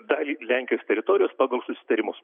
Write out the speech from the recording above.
dar lenkijos teritorijos pagal susitarimus